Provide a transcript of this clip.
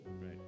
Right